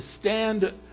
stand